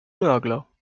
nörgler